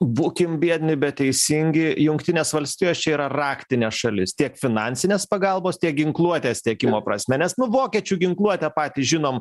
būkim biedni bet teisingi jungtinės valstijos čia yra raktinė šalis tiek finansinės pagalbos tiek ginkluotės tiekimo prasme nes nu vokiečių ginkluotė patys žinom